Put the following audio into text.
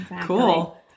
Cool